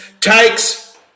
takes